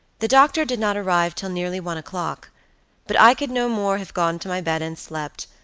the doctor did not arrive till nearly one o'clock but i could no more have gone to my bed and slept,